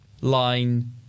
line